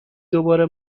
دوباره